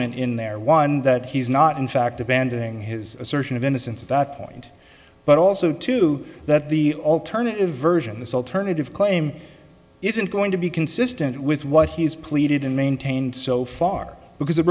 acknowledgement in there one that he's not in fact abandoning his assertion of innocence that point but also to that the alternative version this alternative claim isn't going to be consistent with what he's pleaded and maintained so far because it